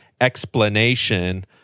explanation